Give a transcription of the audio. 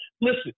listen